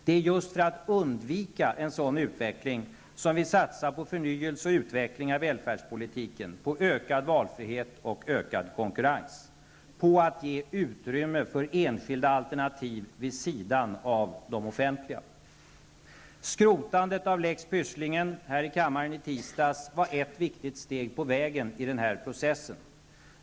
Det är just för att undvika en sådan utveckling som vi satsar på förnyelse och utveckling av välfärdspolitiken, på ökad valfrihet och ökad konkurrens, på att ge utrymme för enskilda alternativ vid sidan av de offentliga. Skrotandet av lex Pysslingen här i kammaren i tisdags var ett viktigt steg på vägen i den processen.